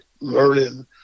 learning